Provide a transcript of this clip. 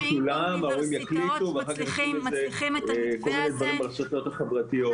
ההורים יחליטו ואחר כך יקרו עם זה כל מיני דברים ברשתות החברתיות.